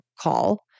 call